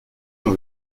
dans